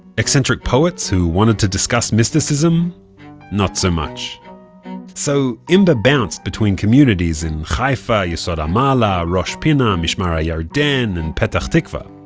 eccentric poets who wanted to discuss mysticism not so much so imber bounced between communities in haifa, yesod hama'ala, rosh pina, mishmar ha'yarden and petah tikva.